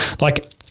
Like-